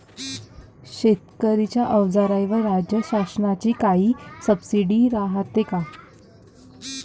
शेतीच्या अवजाराईवर राज्य शासनाची काई सबसीडी रायते का?